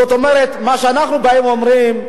זאת אומרת, מה שאנחנו באים ואומרים,